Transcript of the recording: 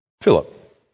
Philip